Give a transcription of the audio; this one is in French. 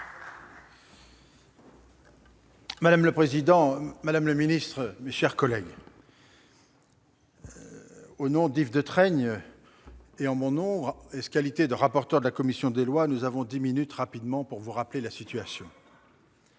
Madame le président, madame le ministre, mes chers collègues, au nom d'Yves Détraigne et en mon nom ès qualités de rapporteur de la commission des lois, nous avons dix minutes pour vous rappeler rapidement